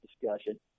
discussion